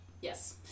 Yes